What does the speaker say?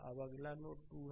अब अगला नोड 2 है